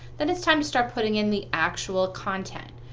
then it's time to start putting in the actual content.